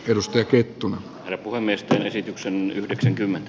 perusteet vittuma herkkua miesten esityksen yhdeksänkymmentä